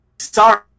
sorry